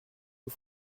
aux